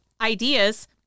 ideas